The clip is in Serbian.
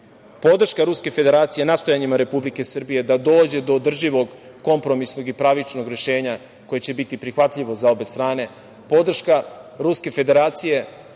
podrška Ruske Federacije nastojanjima Republike Srbije da dođe do održivog kompromisnog i pravičnog rešenja koje će biti prihvatljivo za obe strane, podrška Ruske Federacije